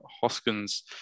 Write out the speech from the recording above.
Hoskins